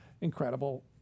incredible